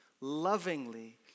lovingly